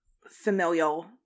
familial